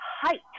height